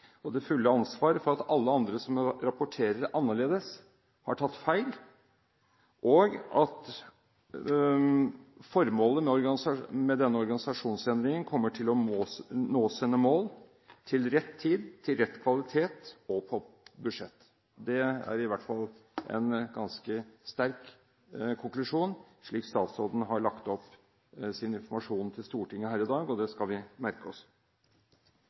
og det fulle ansvar for at alle andre som rapporterer annerledes, har tatt feil, og at formålet med denne organisasjonsendringen kommer til å bli oppfylt til rett tid, til rett kvalitet og på budsjett. Det er i hvert fall en ganske sterk konklusjon, slik statsråden har lagt opp sin informasjon til Stortinget her i dag – og det skal vi merke oss.